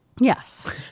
Yes